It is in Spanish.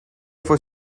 fue